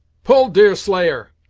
pull, deerslayer,